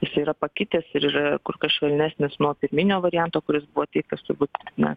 jisai yra pakitęs ir yra kur kas švelnesnis nuo pirminio varianto kuris buvo teiktas turbūt na